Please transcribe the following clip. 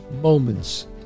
moments